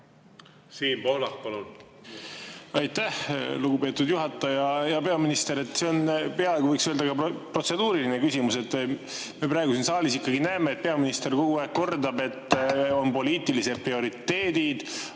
Siim Pohlak, palun! Aitäh, lugupeetud juhataja! Hea peaminister! See on peaaegu, võiks öelda, protseduuriline küsimus. Me praegu siin saalis ikkagi näeme, et peaminister kogu aeg kordab, et on poliitilised prioriteedid,